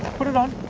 put it on.